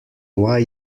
why